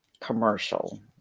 commercial